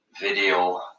video